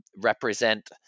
represent